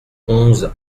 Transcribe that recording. onze